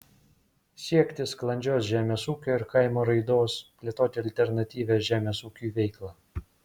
siekti sklandžios žemės ūkio ir kaimo raidos plėtoti alternatyvią žemės ūkiui veiklą